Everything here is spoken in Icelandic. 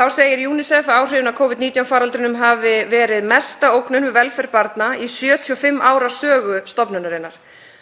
Þá segir UNICEF að áhrifin af Covid-19 faraldrinum hafi verið mesta ógnin við velferð barna í 75 ára sögu stofnunarinnar